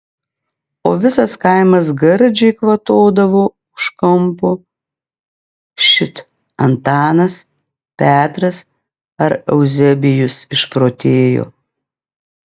o visas kaimas gardžiai kvatodavo už kampo šit antanas petras ar euzebijus išprotėjo